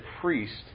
priest